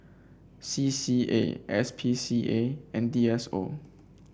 C C A S P C A and D S O